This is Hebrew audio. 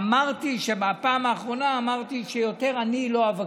ובפעם האחרונה אמרתי שיותר אני לא אבקש.